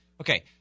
Okay